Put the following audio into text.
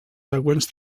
següents